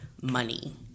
money